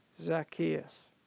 Zacchaeus